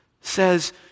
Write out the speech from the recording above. says